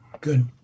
Good